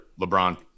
LeBron